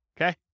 Okay